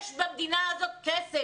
יש במדינה הזאת כסף.